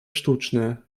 sztuczne